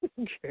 Okay